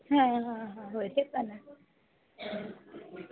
हां हां हां हो वटाना